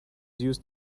used